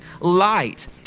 light